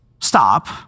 stop